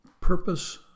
purpose